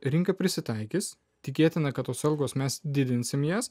rinka prisitaikys tikėtina kad tos algos mes didinsime jas